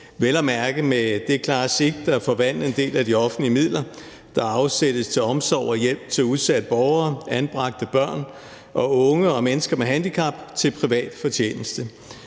vel at mærke med det klare sigte at forvandle en del af de offentlige midler, der afsættes til omsorg og hjælp til udsatte borgere, anbragte børn og unge og mennesker med handicap, til privat fortjeneste.